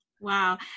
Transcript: Wow